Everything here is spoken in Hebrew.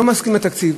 לא מסכימים לתקציב,